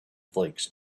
flakes